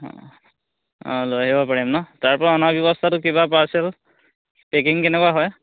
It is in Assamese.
অঁ অঁ লৈ আহিব পাৰিম ন তাৰপৰা অনাৰ ব্যৱস্থাটো কিবা পাৰ্চেল পেকিং কেনেকুৱা হয়